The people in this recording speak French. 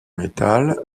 métal